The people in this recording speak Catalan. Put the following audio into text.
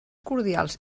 cordials